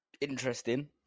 interesting